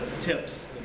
tips